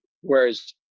Whereas